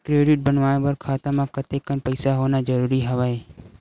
Credit बनवाय बर खाता म कतेकन पईसा होना जरूरी हवय?